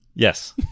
Yes